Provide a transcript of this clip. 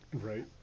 right